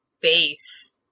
base